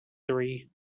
three